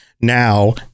now